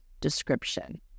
description